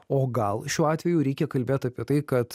o gal šiuo atveju reikia kalbėt apie tai kad